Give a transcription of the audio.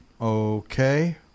Okay